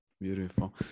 Beautiful